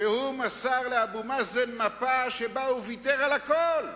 שהוא מסר לאבו מאזן מפה שבה הוא ויתר על הכול.